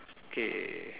K